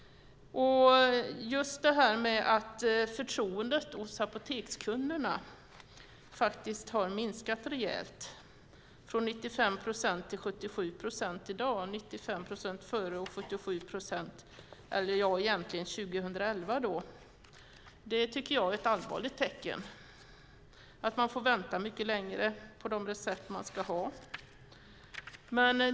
Det faktum att förtroendet bland apotekskunderna minskat rejält, från 95 till 77 procent - från 95 procent före omregleringen till 77 procent 2011 - är ett allvarligt tecken; man får exempelvis vänta mycket längre på de läkemedel man ska ha.